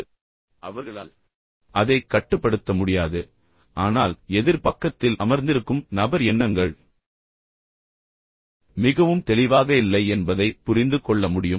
எனவே அவர்கள் தற்செயலாக அதைச் செய்கிறார்கள் அவர்களால் அதைக் கட்டுப்படுத்த முடியாது ஆனால் எதிர் பக்கத்தில் அமர்ந்திருக்கும் நபர் எண்ணங்கள் மிகவும் தெளிவாக இல்லை என்பதை புரிந்து கொள்ள முடியும்